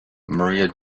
maria